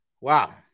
Wow